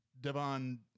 Devon